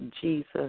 Jesus